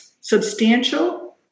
substantial